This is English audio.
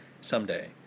someday